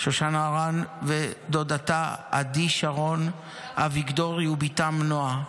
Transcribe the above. דודתה שרון אביגדורי ובתה נועם.